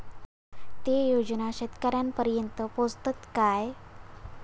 ते योजना शेतकऱ्यानपर्यंत पोचतत काय?